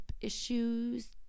issues